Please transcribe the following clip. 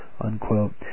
unquote